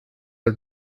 are